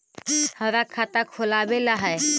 हमरा खाता खोलाबे ला है?